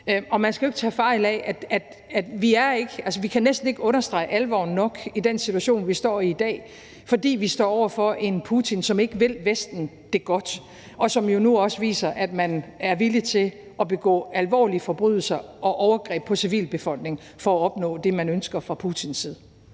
og man skal jo ikke tage fejl af, at vi næsten ikke nok kan understrege alvoren af den situation, vi står i i dag, fordi vi står over for en Putin, som ikke vil Vesten det godt, og som jo nu også viser, at man er villig til at begå alvorlige forbrydelser og overgreb mod civilbefolkningen for at opnå det, man ønsker, altså fra Putins side.